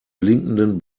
blinkenden